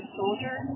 soldier